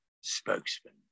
Spokesman